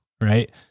right